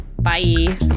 bye